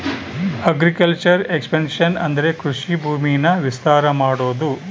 agriculture expansion ಅಂದ್ರೆ ಕೃಷಿ ಭೂಮಿನ ವಿಸ್ತಾರ ಮಾಡೋದು